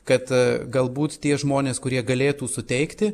kad galbūt tie žmonės kurie galėtų suteikti